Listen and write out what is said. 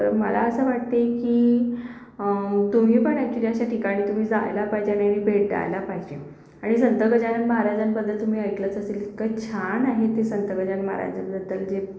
तर मला असं वाटते की तुम्ही पण एकदा अशा ठिकाणी तुम्ही जायला पाहिजे आणि भेट द्यायला पाहिजे आणि संत गजानन महाराजांबद्दल तुम्ही ऐकलंच असेल इतकं छान आहे ते संत गजानन महाराजांबद्दल जे